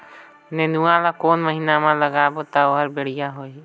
नेनुआ ला कोन महीना मा लगाबो ता ओहार बेडिया होही?